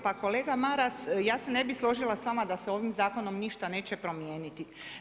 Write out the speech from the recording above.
Pa kolega Maras, ja se ne bih složila s vama da se ovim zakonom ništa neće promijeniti.